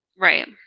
right